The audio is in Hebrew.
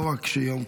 לא רק קשי יום,